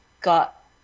got